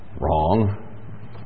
Wrong